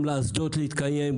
גם לאסדות להתקיים,